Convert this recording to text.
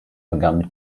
begann